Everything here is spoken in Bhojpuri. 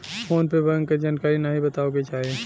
फोन पे बैंक क जानकारी नाहीं बतावे के चाही